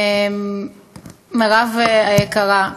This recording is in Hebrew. מרב היקרה,